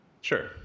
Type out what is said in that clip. Sure